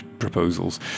Proposals